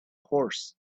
horse